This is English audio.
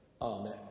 Amen